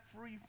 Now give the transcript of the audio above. free